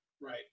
Right